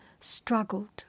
struggled